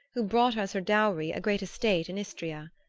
who brought as her dower a great estate in istria.